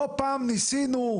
לא פעם ניסינו,